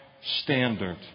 standard